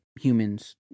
humans